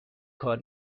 کار